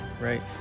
right